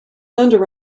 under